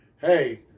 hey